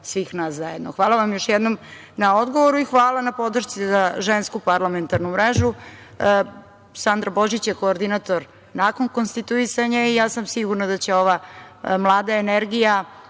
svih nas zajedno. Hvala vam još jednom na odgovoru i hvala na podršci za Žensku parlamentarnu mrežu. Sandra Božić je koordinator nakon konstituisanja i ja sam sigurna da će ova mlada energija